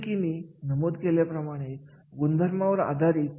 ते खूप चांगल्या पद्धतीने काम करण्याची शक्यता आहे